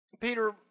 Peter